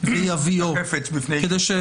חפץ בפני השופט.